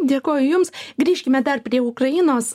dėkoju jums grįžkime dar prie ukrainos